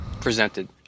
presented